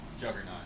Juggernaut